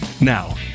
Now